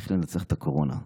איך לנצח את הקורונה.